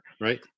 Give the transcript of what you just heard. Right